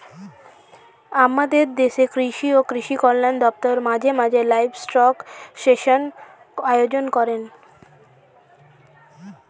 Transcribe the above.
আমাদের দেশের কৃষি ও কৃষি কল্যাণ দপ্তর মাঝে মাঝে লাইভস্টক সেন্সাস আয়োজন করেন